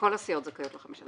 כל הסיעות זכאיות ל-15%.